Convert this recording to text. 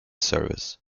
service